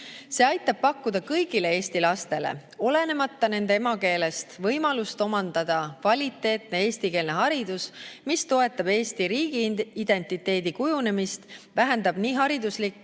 See aitab pakkuda kõigile Eesti lastele, olenemata nende emakeelest, võimalust omandada kvaliteetne eestikeelne haridus, mis toetab Eesti riigi identiteedi kujunemist, vähendab nii hariduslikku